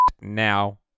now